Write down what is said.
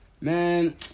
man